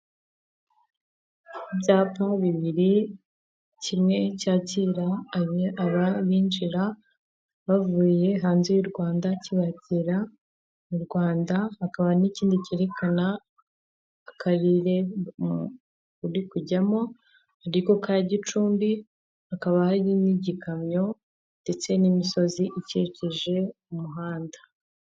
Ibyapa bibiri kimwe cyakira abinjira bavuye hanze y'u Rwanda kikagera mu Rwanda, hakaba n'ikindi cyerekana akarere uri kujyamo ariko ka gicumbi hakaba hari n'igikamyo ndetse n'imisozi ikikije umuhanda.